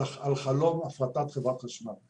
על חלום הפרטת חברת החשמל.